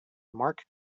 mark